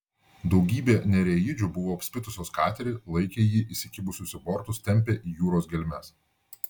daugybė nereidžių buvo apspitusios katerį laikė jį įsikibusios į bortus tempė į jūros gelmes